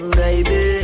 baby